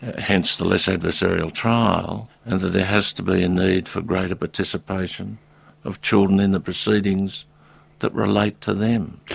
hence the less adversarial trial, and that there has to be a need for greater participation of children in the proceedings that relate to them.